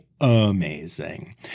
amazing